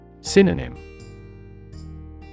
Synonym